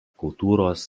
kultūros